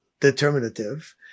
determinative